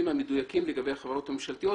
המדויקים לגבי החברות הממשלתיות.